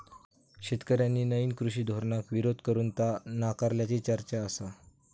शेतकऱ्यांनी नईन कृषी धोरणाक विरोध करून ता नाकारल्याची चर्चा आसा